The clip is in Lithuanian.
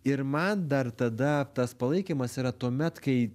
ir man dar tada tas palaikymas yra tuomet kai